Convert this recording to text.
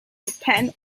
depend